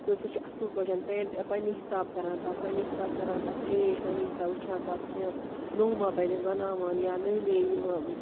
تہٕ سُہ چھُ اَصٕل پٲٹھۍ پینٹ پَنٕنہِ حِسابہٕ کران تَتھ پَنٕنہِ حِسابہٕ کران تَتھ چینج پَنٕنہِ حِسابہٕ وُچھان تَتھ کہِ نوٚو مہ بَنیٚس بَناوان یا نٔے نٔے یِم